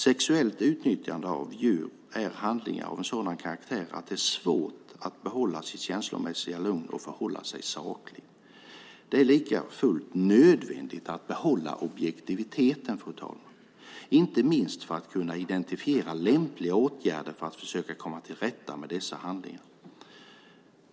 Sexuellt utnyttjande av djur är handlingar av sådan karaktär att det är svårt att behålla sitt känslomässiga lugn och förhålla sig saklig. Det är likafullt nödvändigt att behålla objektiviteten, fru talman, inte minst för att kunna identifiera lämpliga åtgärder för att försöka komma till rätta med dessa handlingar.